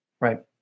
Right